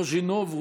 אנדרי קוז'ינוב,